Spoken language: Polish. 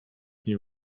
nie